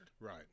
right